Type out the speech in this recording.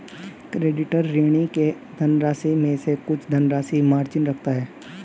creditor, ऋणी के धनराशि में से कुछ धनराशि मार्जिन रखता है